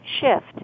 shift